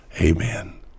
Amen